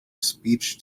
speech